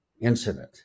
incident